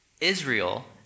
Israel